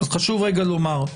חשוב רגע לומר: